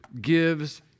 gives